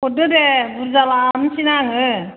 हरदो दे बुरजा लांसैना आङो